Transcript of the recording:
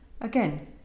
Again